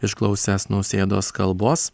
išklausęs nausėdos kalbos